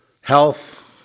health